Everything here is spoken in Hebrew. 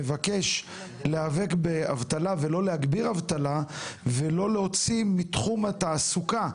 מבקש להיאבק באבטלה ולא להגביר אבטלה ולא להוציא מתחום התעסוקה,